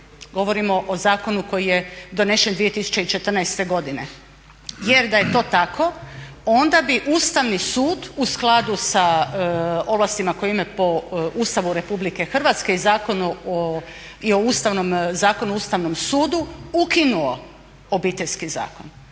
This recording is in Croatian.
govorimo o zakonu koji je donesen 2014. godine. Jer da je to tako onda bi Ustavni sud u skladu sa ovlastima koje imaju po Ustavu Republike Hrvatske i o Ustavnom zakonu o Ustavnom sudu ukinuo Obiteljski zakon.